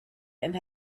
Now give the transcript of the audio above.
and